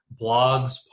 blogs